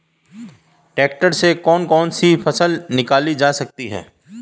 Tractor से कौन कौनसी फसल निकाली जा सकती हैं?